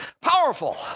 Powerful